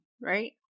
right